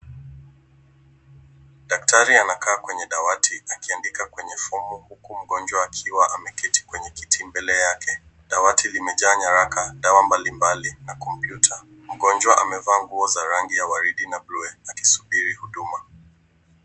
Daktari anakaa kwenye daktari akiandika kwenye fomu huku mgonjwa akiwa ameketi kwenye kiti mbele yake. Dawati limejaa nyaraka, dawa mbalimbali na kompyuta. Mgonjwa amevaa nguo za rangi ya waridi na blue akisubiri huduma.